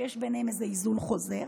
שיש ביניהם איזה היזון חוזר,